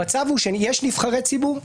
המצב הוא שיש נבחרי ציבור,